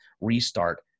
restart